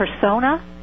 persona